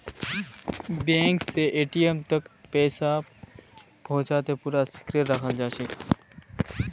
bank स ATM तक पैसा पहुंचाते पूरा सिक्रेट रखाल जाछेक